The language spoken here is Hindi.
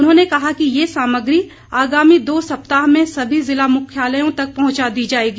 उन्होंने कहा है कि ये सामग्री आगामी दो सप्ताह में सभी जिला मुख्यालयों तक पहुंचा दी जाएगी